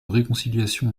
réconciliation